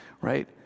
Right